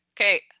Okay